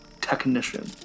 Technician